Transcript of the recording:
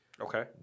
Okay